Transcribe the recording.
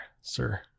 sir